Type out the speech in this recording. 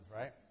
right